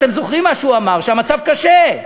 אתם זוכרים מה שהוא אמר: שהמצב קשה,